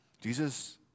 Jesus